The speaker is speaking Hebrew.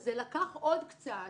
אז זה לקח עוד קצת